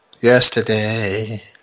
Yesterday